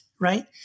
right